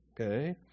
Okay